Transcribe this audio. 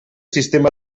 sistema